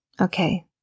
Okay